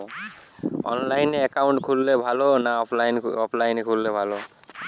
অনলাইনে একাউন্ট খুললে ভালো না অফলাইনে খুললে ভালো?